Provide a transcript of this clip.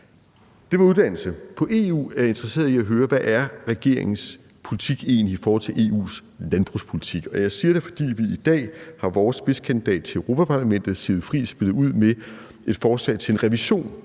Med hensyn til EU er jeg interesseret i at høre, hvad regeringens politik egentlig er i forhold til EU's landbrugspolitik, og jeg siger det, fordi vores spidskandidat til Europaparlamentet, Sigrid Friis Frederiksen, i dag har spillet ud med et forslag til en revision